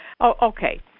okay